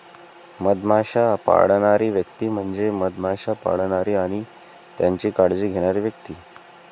मधमाश्या पाळणारी व्यक्ती म्हणजे मधमाश्या पाळणारी आणि त्यांची काळजी घेणारी व्यक्ती